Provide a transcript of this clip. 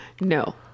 no